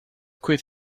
quit